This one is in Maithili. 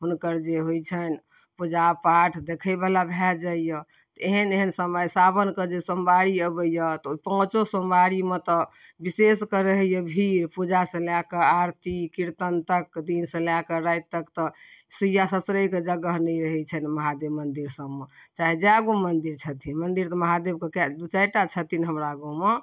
हुनकर जे होइत छनि पूजा पाठ देखै बला भए जाइए तऽ एहन एहन समय साओनके जे सोमबारी अबैत यऽ तऽ ओ पाँचो सोमवारीमे तऽ विशेषकऽ रहैए यऽ भीड़ पूजासँ लै कऽ आरती कीर्तन तक दिनसँ लैकऽ राति तक तऽ सुइया ससरै कऽ जगह नहि रहैत छनि ओहि महादेब मन्दिर सभमे चाहे जए गो मन्दिर छथिन मन्दिर तऽ महादेब कऽ कै दू चारिटा छथिन हमरा गाँवमे